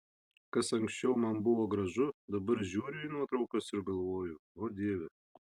kas anksčiau man buvo gražu dabar žiūriu į nuotraukas ir galvoju o dieve